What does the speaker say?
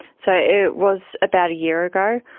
so it was about a year ago.